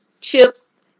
chips